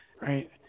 right